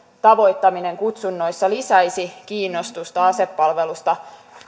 tavoittaminen kutsunnoissa lisäisi kiinnostusta asepalvelusta